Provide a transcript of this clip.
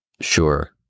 sure